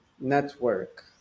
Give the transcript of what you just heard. network